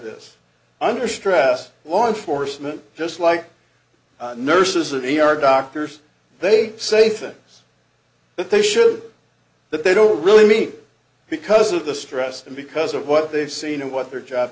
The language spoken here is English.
this under stress law enforcement just like nurses an e r doctors they say things but they should but they don't really mean because of the stress and because of what they've seen and what their job